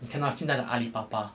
你看到现在的阿里巴巴